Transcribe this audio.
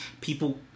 People